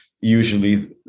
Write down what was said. usually